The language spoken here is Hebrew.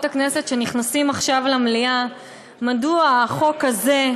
הכנסת שנכנסים עכשיו למליאה מדוע החוק הזה,